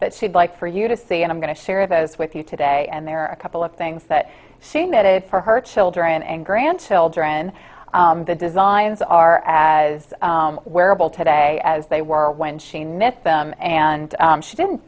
that she'd like for you to see and i'm going to share those with you today and there are a couple of things that she knitted for her children and grandchildren the designs are as wearable today as they were when she met them and she didn't